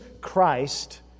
Christ